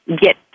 get